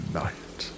night